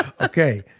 Okay